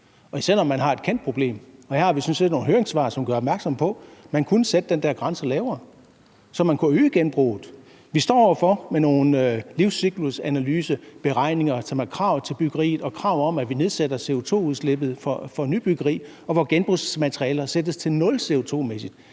når man har et kendt problem, og her har vi sådan set nogle høringssvar, som gør opmærksom på, at man kunne sætte den her grænse lavere, så man kunne øge genbruget. Med nogle krav til byggeriet om livscyklusanalyseberegninger og krav om at nedsætte CO2-udslippet for nybyggeri, hvor genbrugsmaterialer sættes til nul CO2-mæssigt,